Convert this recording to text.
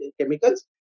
chemicals